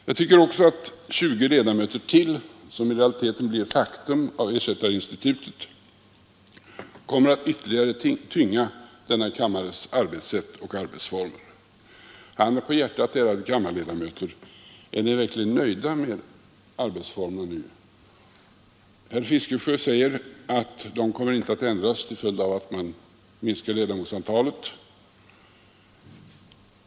Jag tycker också att 20 ledamöter till, vilket i realiteten blir resultatet av ersättarinstitutet, kommer att ytterligare tynga denna kammares arbetssätt och arbetsformer. Handen på hjärtat, ärade kammarledamöter, är ni verkligen nöjda med arbetsformerna nu? Herr Fiskesjö säger att de inte kommer att ändras till följd av att man minskar ledamotsantalet.